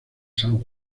san